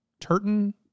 Turton